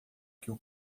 que